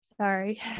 sorry